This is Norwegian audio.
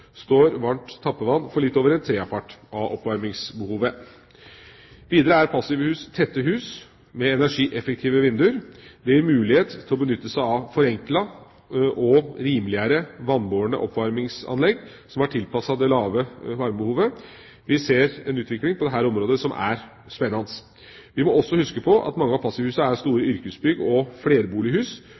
står varmt tappevann for litt over en tredjepart at oppvarmingsbehovet. Videre er passivhus tette hus, med energieffektive vinduer. Det gir mulighet til å benytte seg av forenklede, og rimeligere, vannbårne oppvarmingsanlegg som er tilpasset det lave varmebehovet. Vi ser en utvikling på dette området som er spennende. Vi må også huske på at mange av passivhusene er store yrkesbygg og flerbolighus,